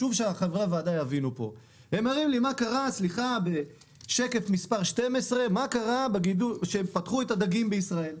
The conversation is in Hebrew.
הם מראים בשקף מס' 12 מה קרה כשהם פתחו את הדגים בישראל.